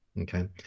Okay